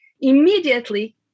immediately